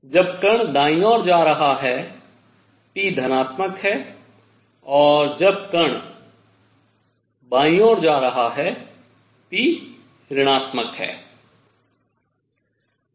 जब कण दाईं ओर जा रहा है p धनात्मक है और जब कण बाईं ओर जा रहा है p ऋणात्मक है